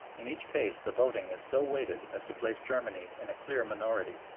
in each case the voting is so weighted as to place germany in a clear minority.